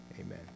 amen